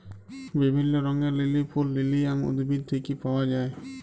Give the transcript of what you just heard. বিভিল্য রঙের লিলি ফুল লিলিয়াম উদ্ভিদ থেক্যে পাওয়া যায়